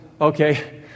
okay